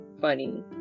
funny